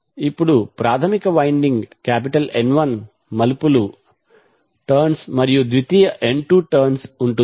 ఇప్పుడు ప్రాధమిక winding N1 turns మరియు ద్వితీయ N2 టర్న్స్ ఉంటుంది